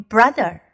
Brother